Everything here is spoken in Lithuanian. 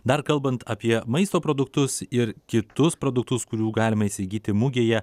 dar kalbant apie maisto produktus ir kitus produktus kurių galima įsigyti mugėje